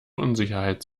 unsicherheit